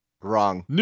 Wrong